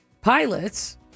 pilots